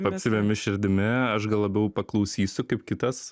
apsivemi širdimi aš gal labiau paklausysiu kaip kitas